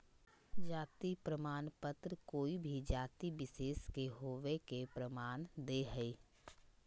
जाति प्रमाण पत्र कोय भी जाति विशेष के होवय के प्रमाण दे हइ